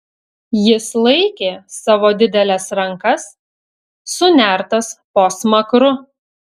jis laikė savo dideles rankas sunertas po smakru